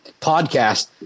podcast